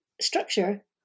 structure